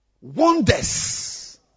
wonders